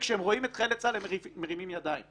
וכשהם רואים את חיילי צה"ל, הם מרימים ידיים.